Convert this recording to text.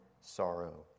sorrow